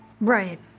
Right